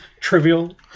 trivial